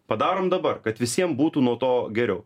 padarom dabar kad visiem būtų nuo to geriau